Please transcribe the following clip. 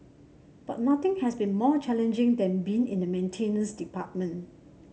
but nothing has been more challenging than being in the maintenance department